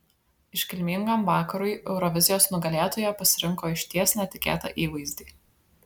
iškilmingam vakarui eurovizijos nugalėtoja pasirinko išties netikėtą įvaizdį